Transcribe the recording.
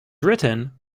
written